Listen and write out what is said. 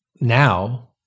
now